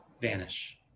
vanish